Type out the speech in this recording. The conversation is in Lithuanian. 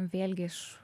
vėlgi iš